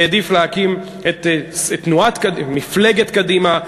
והעדיף להקים את מפלגת קדימה,